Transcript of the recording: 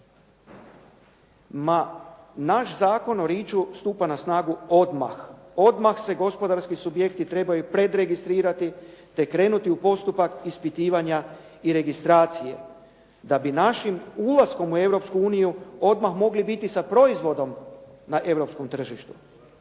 Ma naš zakon o Rich-u stupa na snagu odmah. Odmah se gospodarski subjekti trebaju predregistrirati te krenuti u postupak ispitivanja i registracije da bi našim ulaskom u Europsku uniju odmah mogli biti sa proizvodom na europskom tržištu.